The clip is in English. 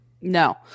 No